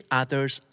others